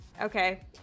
Okay